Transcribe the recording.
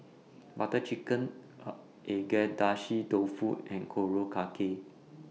Butter Chicken Agedashi Dofu and Korokke